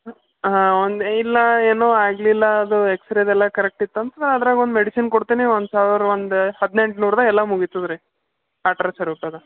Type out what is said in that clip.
ಒಂದು ಇಲ್ಲ ಏನು ಆಗಲಿಲ್ಲ ಅದು ಎಕ್ಸ್ರೇದೆಲ್ಲ ಕರೆಕ್ಟ್ ಇತ್ತು ಅಂದ್ರೆ ಅದ್ರಾಗ ಒಂದು ಮೆಡಿಸಿನ್ ಕೊಡ್ತೀನಿ ಒಂದು ಸಾವಿರ ಒಂದ ಹದ್ನೆಂಟು ನೂರ್ದಾಗ ಎಲ್ಲ ಮುಗಿತದ್ರೀ ಆ ಥರ ಸರ್ವೀಸ್ ಅದ